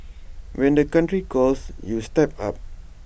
when the country calls you step up